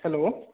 hello